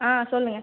ஆ சொல்லுங்கள்